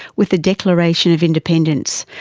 with the declaration of independence,